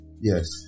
Yes